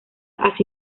así